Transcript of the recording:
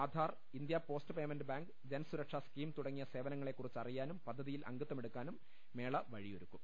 Aadhaar India post payment bank Jansuraksha scheme തുടങ്ങിയ സേവനങ്ങളെ കുറിച്ച് അറിയാനും പദ്ധതിയിൽ അംഗത്വമെടുക്കാനും മേള വഴിയൊരുക്കും